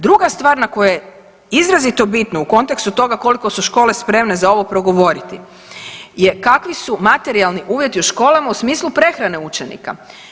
Druga stvar koju je izrazito bitno u kontekstu toga koliko su škole spremne za ovo progovoriti je kakvi su materijalni uvjeti u školama u smislu prehrane učenika.